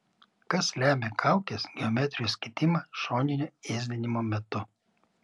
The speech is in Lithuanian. kas lemia kaukės geometrijos kitimą šoninio ėsdinimo metu